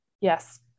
Yes